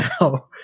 Now